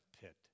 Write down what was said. pit